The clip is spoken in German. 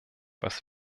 was